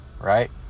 right